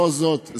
בכל זאת,